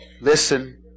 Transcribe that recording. listen